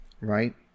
Right